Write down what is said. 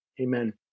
Amen